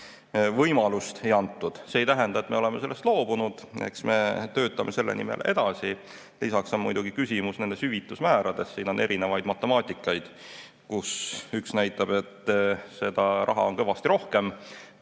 seda võimalust ei antud. See ei tähenda, et me oleme sellest loobunud, eks me töötame selle nimel edasi. Lisaks on muidugi küsimus nendes hüvitusmäärades, siin on erinevaid matemaatikaid, kus üks näitab, et seda raha on kõvasti rohkem,